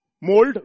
mold